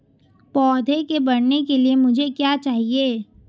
पौधे के बढ़ने के लिए मुझे क्या चाहिए?